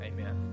Amen